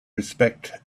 respect